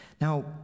Now